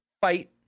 fight